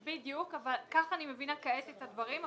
בדיוק, כך אני מבינה כעת את הדברים,